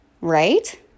right